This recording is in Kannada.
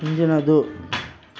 ಹಿಂದಿನದು